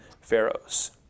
Pharaoh's